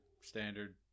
standard